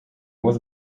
was